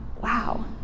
wow